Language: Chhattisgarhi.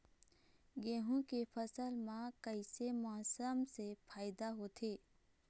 गेहूं के फसल म कइसे मौसम से फायदा होथे?